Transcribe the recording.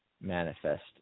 manifest